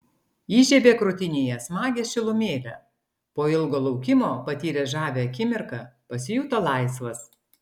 įžiebė krūtinėje smagią šilumėlę po ilgo laukimo patyręs žavią akimirką pasijuto laisvas